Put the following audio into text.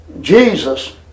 Jesus